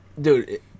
Dude